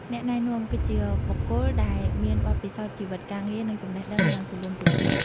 អ្នកណែនាំ គឺជាបុគ្គលដែលមានបទពិសោធន៍ជីវិត ការងារ និងចំណេះដឹងយ៉ាងទូលំទូលាយ។